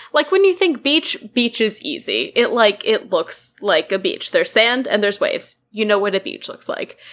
like when you think beach, beach is easy. it like it looks like a beach. there's sand and there's waves. you know what a beach looks like.